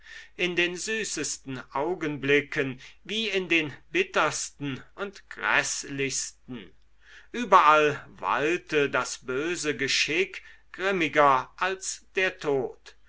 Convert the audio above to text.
in den süßesten augenblicken wie in den bittersten und gräßlichsten überall walte das böse geschick grimmiger als der tod